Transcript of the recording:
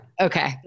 Okay